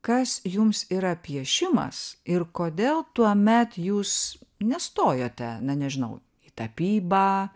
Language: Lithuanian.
kas jums yra piešimas ir kodėl tuomet jūs nestojote na nežinau į tapybą